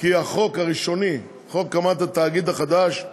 כי החוק הראשוני, חוק הקמת התאגיד החדש,